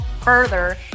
further